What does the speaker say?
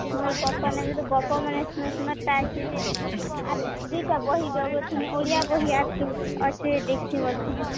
ମୋର ଗପ ନେବି ଗପ ମାନେ ସୁନ୍ଦର ସୁନ୍ଦର ଟା ଅଛି ଯେ ଆର ଦୁଇଟା ବହି ଦେବ ଥିନି ଓଡ଼ିଆ ବହି ଆର କିନ୍ ଅଛେ ଦେଖ୍ସି ବୋଲଛିନି